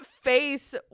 face